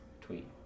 Tweet